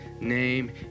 name